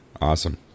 Awesome